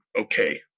okay